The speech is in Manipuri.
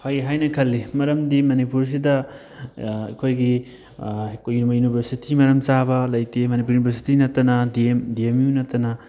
ꯐꯩ ꯍꯥꯏꯅ ꯈꯜꯂꯤ ꯃꯔꯝꯗꯤ ꯃꯅꯤꯄꯨꯔꯁꯤꯗ ꯑꯩꯈꯣꯏꯒꯤ ꯌꯨꯅꯤꯕꯔꯁꯤꯇꯤ ꯃꯔꯝ ꯆꯥꯕ ꯂꯩꯇꯦ ꯃꯅꯤꯄꯨꯔ ꯌꯨꯅꯤꯕꯔꯁꯤꯇꯤ ꯅꯠꯇꯅ ꯗꯤ ꯑꯦꯝ ꯗꯤ ꯑꯦꯝ ꯅꯠꯇꯅ